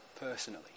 personally